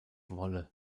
wolle